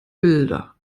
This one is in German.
bilder